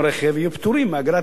יהיו פטורים מאגרת הטלוויזיה,